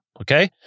okay